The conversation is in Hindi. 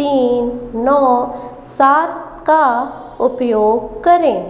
तीन नौ सात का उपयोग करें